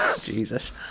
Jesus